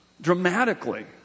dramatically